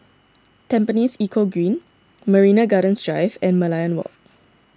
Tampines Eco Green Marina Gardens Drive and Merlion Walk